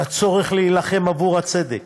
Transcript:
לצורך להילחם עבור הצדק.